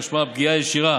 משמעה פגיעה ישירה